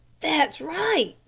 that's right,